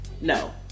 no